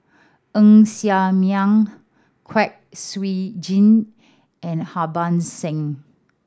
Ng Ser Miang Kwek Siew Jin and Harbans Singh